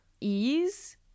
ease